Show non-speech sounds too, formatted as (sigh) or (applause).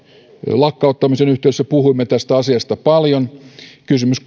lakkauttamisen yhteydessä puhuimme tästä asiasta paljon kysymys (unintelligible)